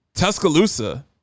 Tuscaloosa